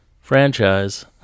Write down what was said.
franchise